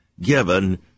given